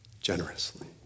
generously